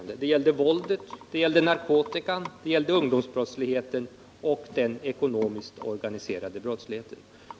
Det gällde våldet, narkotikan, ungdomsbrottsligheten och den ekonomiska och organiserade brottsligheten.